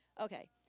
okay